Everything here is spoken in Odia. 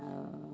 ଆଉ